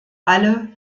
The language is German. alle